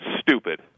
stupid